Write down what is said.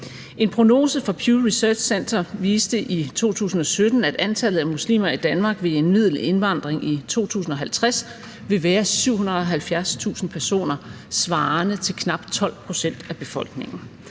En prognose fra Pew Research Center viste i 2017, at antallet af muslimer i Danmark ved en middel indvandring i 2050 vil være 770.000 personer svarende til knap 12 pct. af befolkningen.